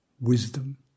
wisdom